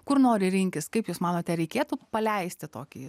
kur nori rinkis kaip jūs manote ar reikėtų paleisti tokį